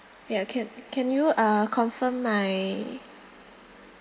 ya can can you uh confirm my